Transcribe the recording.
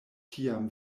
tiam